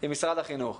עם משרד החינוך.